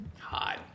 hot